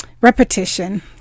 repetition